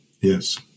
Yes